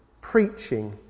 preaching